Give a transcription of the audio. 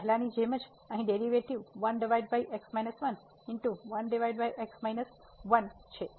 તો પહેલાની જેમ અહીં ડેરિવેટિવ છે